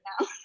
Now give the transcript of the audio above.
now